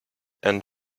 and